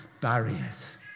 barriers